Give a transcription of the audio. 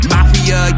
Mafia